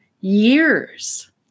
years